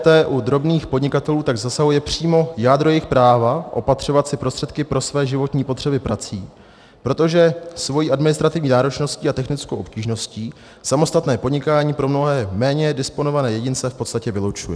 EET u drobných podnikatelů tak zasahuje přímo jádro jejich práva opatřovat si prostředky pro své životní potřeby prací, protože svojí administrativní náročností a technickou obtížností samostatné podnikání pro mnohé méně disponované jedince v podstatě vylučuje.